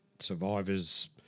survivors